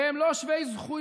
אמרתי, והם לא שווי זכויות.